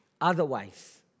Otherwise